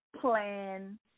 plan